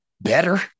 better